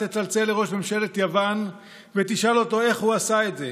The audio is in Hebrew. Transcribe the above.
תצלצל לראש ממשלת יוון ותשאל אותו איך הוא עשה את זה?